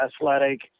athletic